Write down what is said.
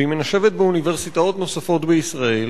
והיא מנשבת באוניברסיטאות נוספות בישראל.